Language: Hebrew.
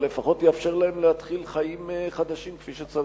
אבל לפחות יאפשר להם להתחיל חיים חדשים כפי שצריך.